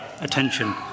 attention